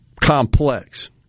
complex